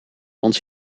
ons